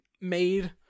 made